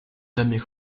jamais